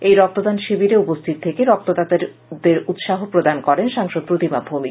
এই রক্তদান শিবিরে উপস্থিত থেকে রক্তদাতাদের উৎসাহ প্রদান করেন সাংসদ প্রতিমা ভৌমিক